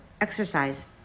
exercise